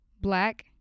Black